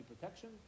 protection